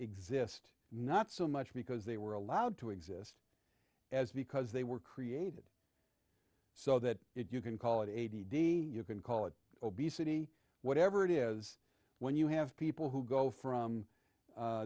exist not so much because they were allowed to exist as because they were created so that it you can call it eighty d you can call it obesity whatever it is when you have people who go from